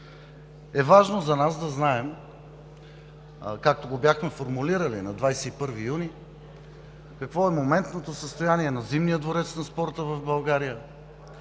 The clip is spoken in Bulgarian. е важно за нас да знаем, както го бяхме формулирали на 21 юни 2017 г. – какво е моментното състояние на Зимния дворец на спорта в България?